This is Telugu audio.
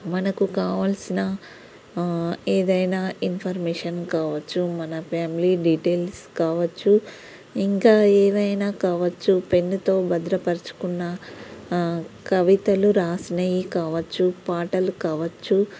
మనకు కావాల్సిన ఏదైనా ఇన్ఫర్మేషన్ కావచ్చు మన ఫ్యామిలీ డీటెయిల్స్ కావచ్చు ఇంకా ఏదైనా కావచ్చు పెన్నతో భద్రపరచుకున్న కవితలు రాసినవి కావచ్చు పాటలు కావచ్చు